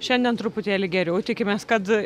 šiandien truputėlį geriau tikimės kad